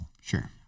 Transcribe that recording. Sure